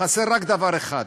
חסר רק דבר אחד: